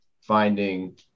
finding